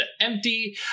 empty